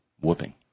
whooping